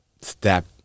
step